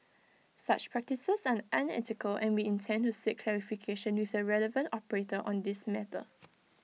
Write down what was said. such practices are unethical and we intend to seek clarification with the relevant operator on this matter